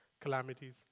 calamities